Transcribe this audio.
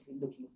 looking